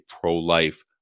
pro-life